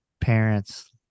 parents